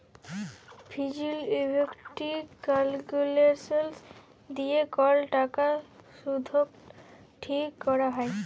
ফিজ এলড ইফেকটিভ ক্যালকুলেসলস দিয়ে কল টাকার শুধট ঠিক ক্যরা হ্যয়